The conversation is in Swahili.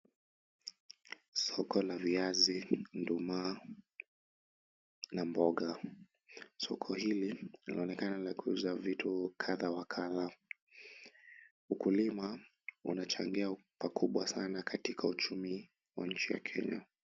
Soko la viazi, nduma na mboga. Soko hili linaonekana ni la kuuza vitu kadha wa kadha. Ukulima unachangia pakubwa sana katika uchumi wa nchi ya Kenya.